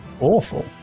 awful